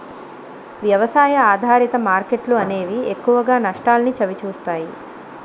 వ్యవసాయ ఆధారిత మార్కెట్లు అనేవి ఎక్కువగా నష్టాల్ని చవిచూస్తాయి